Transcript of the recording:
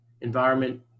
environment